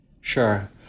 Sure